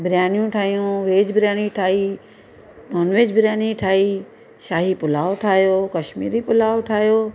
बिरयानियूं ठाहियूं वेज बिरयानी ठाही non veg biryani ठाही शाही पुलाओ ठाहियो कश्मीरी पुलाओ ठाहियो